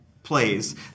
plays